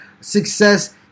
success